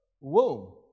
womb